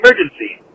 emergency